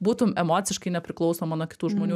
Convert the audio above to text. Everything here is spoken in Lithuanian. būtum emociškai nepriklausoma nuo kitų žmonių